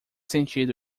sentido